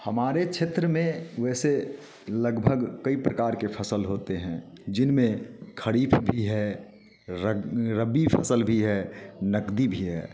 हमारे क्षेत्र में वैसे लगभग कई प्रकार के फसल होते हैं जिनमें खरीफ भी है रबी फसल भी है नकदी भी है